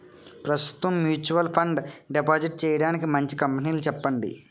ప్రస్తుతం mutual fund deposit చేయడానికి మంచి కంపెనీలు చెప్పండి